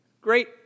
Great